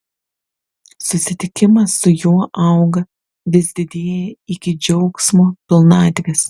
susitikimas su juo auga vis didėja iki džiaugsmo pilnatvės